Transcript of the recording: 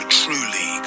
truly